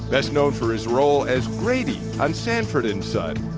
best known for his role as grady on sanford and son.